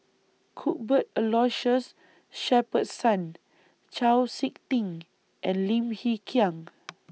Cuthbert Aloysius Shepherdson Chau Sik Ting and Lim Hng Kiang